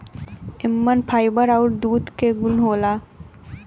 एमन फाइबर आउर दूध क गुन होला